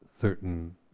certain